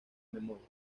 memoria